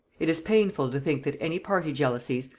it is painful to think that any party jealousies,